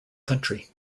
country